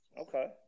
Okay